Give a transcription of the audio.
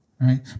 right